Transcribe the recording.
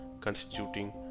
constituting